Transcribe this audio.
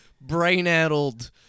brain-addled